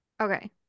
Okay